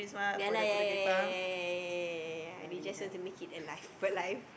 ya lah ya ya ya ya ya ya ya you just want to make it alive alive